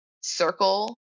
circle